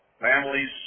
families